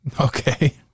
okay